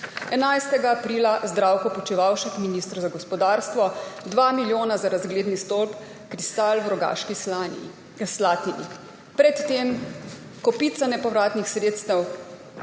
11. aprila Zdravko Počivalšek, minister za gospodarstvo, 2 milijona za razgledni stolp Kristal v Rogaški Slatini, pred tem kopica nepovratnih sredstev